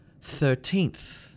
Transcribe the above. Thirteenth